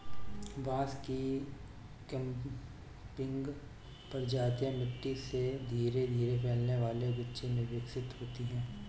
बांस की क्लंपिंग प्रजातियां मिट्टी से धीरे धीरे फैलने वाले गुच्छे में विकसित होती हैं